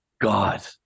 God